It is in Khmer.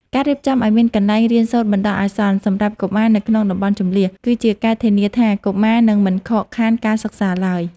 ការរៀបចំឱ្យមានកន្លែងរៀនសូត្របណ្តោះអាសន្នសម្រាប់កុមារនៅក្នុងតំបន់ជម្លៀស គឺជាការធានាថាកុមារនឹងមិនខកខានការសិក្សាឡើយ។